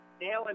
nailing